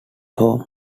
home